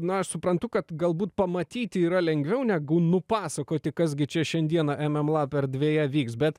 na aš suprantu kad galbūt pamatyti yra lengviau negu nupasakoti kas gi čia šiandieną em em lab erdvėje vyks bet